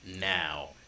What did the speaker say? now